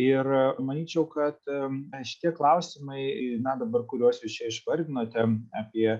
ir manyčiau kad šitie klausimai klausimai na dabar kuriuos jūs čia išvardinote apie